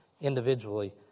individually